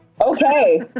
Okay